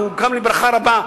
והוא הוקם בברכה רבה,